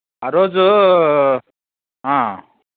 ఆరోజు